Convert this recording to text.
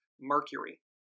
Mercury